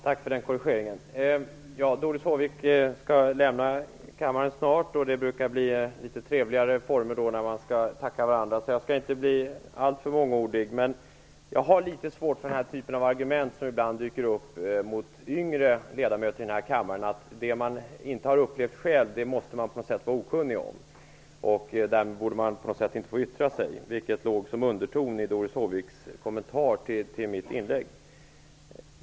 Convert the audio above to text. Herr talman! Doris Håvik skall snart lämna kammaren. Det brukar bli litet trevligare former där man tackar varandra. Jag skall inte bli alltför mångordig. Jag har litet svårt för den typen av argument som ibland dyker upp mot yngre ledamöter i kammaren, dvs. det man inte har upplevt själv måste man vara okunnig om. Därmed borde man inte få yttra sig. Det var den undertonen som Doris Håvik hade i sin kommentar till mitt inlägg.